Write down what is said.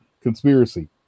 conspiracy